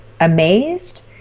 amazed